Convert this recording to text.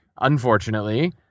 unfortunately